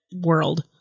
world